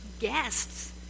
guests